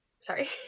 Sorry